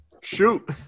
Shoot